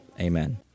Amen